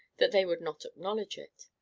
that they would not acknowledge it.